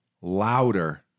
louder